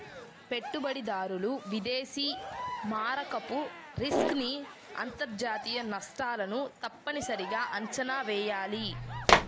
పెట్టుబడిదారులు విదేశీ మారకపు రిస్క్ ని అంతర్జాతీయ నష్టాలను తప్పనిసరిగా అంచనా వెయ్యాలి